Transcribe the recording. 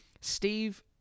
Steve